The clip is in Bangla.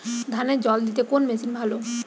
ধানে জল দিতে কোন মেশিন ভালো?